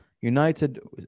United